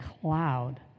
cloud